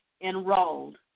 enrolled